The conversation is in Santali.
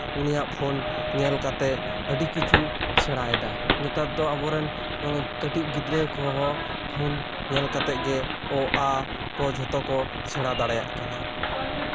ᱩᱱᱤᱭᱟᱜ ᱯᱷᱳᱱ ᱧᱮᱞ ᱠᱟᱛᱮᱜ ᱟᱹᱰᱤ ᱠᱤᱪᱷᱩ ᱥᱮᱲᱟᱭᱮᱫᱟᱭ ᱱᱮᱛᱟᱨ ᱫᱚ ᱟᱵᱚ ᱨᱮᱱ ᱠᱟᱹᱴᱤᱡ ᱜᱤᱫᱽᱨᱟᱹ ᱠᱚᱦᱚᱸ ᱯᱷᱳᱱ ᱧᱮᱞ ᱠᱟᱛᱮᱜ ᱜᱮ ᱚ ᱟ ᱠᱚ ᱡᱷᱚᱛᱚ ᱠᱚ ᱥᱮᱲᱟ ᱫᱟᱲᱮᱭᱟᱜ ᱠᱟᱱᱟ